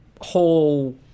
whole